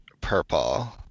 purple